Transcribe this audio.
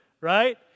Right